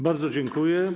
Bardzo dziękuję.